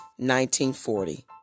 1940